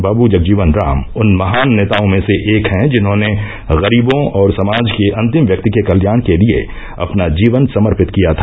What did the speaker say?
बाबू जगजीवन राम उन महान नेताओं में से एक हैं जिन्होंने गरीबों और समाज के अंतिम व्यक्ति के कल्याण के लिए अपना जीवन समर्पित किया था